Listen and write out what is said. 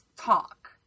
talk